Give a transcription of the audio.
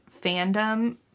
fandom